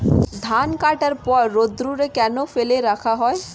ধান কাটার পর রোদ্দুরে কেন ফেলে রাখা হয়?